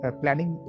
planning